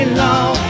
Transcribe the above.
long